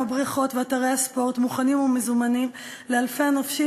הבריכות ואתרי הספורט מוכנים ומזומנים לאלפי הנופשים